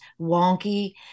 wonky